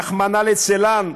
רחמנא ליצלן,